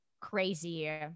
crazy